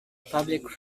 public